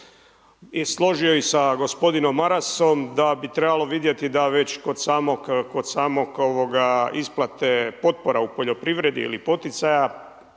i složio sa gospodinom Marasom, da bi trebalo vidjeti, da već kod samog isplate potpora u poljoprivredi li poticaja